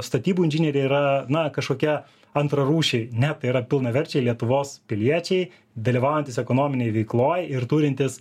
statybų inžinieriai yra na kažkokie antrarūšiai ne tai yra pilnaverčiai lietuvos piliečiai dalyvaujantys ekonominėj veikloj ir turintys